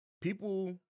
People